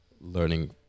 learning